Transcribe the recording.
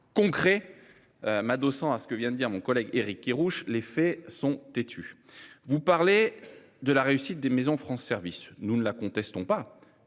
concrets. Mado à ce que vient de dire mon collègue Éric Kerrouche. Les faits sont têtus. Vous parlez de la réussite des Maisons France service nous ne la contestons pas.